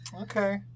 Okay